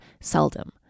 seldom